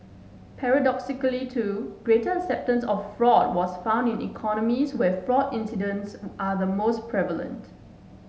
paradoxically too greater acceptance of fraud was found in economies where fraud incidents are the most prevalent